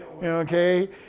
Okay